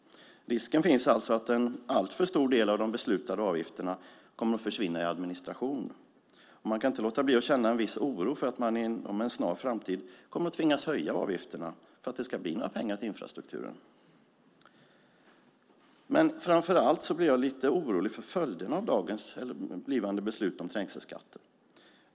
Risken finns alltså att en alltför stor del av de beslutade avgifterna kommer att försvinna i administration. Jag kan inte låta bli att känna en viss oro för att man inom en snar framtid kommer att tvingas höja avgifterna för att det ska bli några pengar till infrastrukturen. Framför allt blir jag lite orolig för följderna av dagens beslut om trängselskatter.